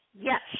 Yes